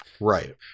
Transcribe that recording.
Right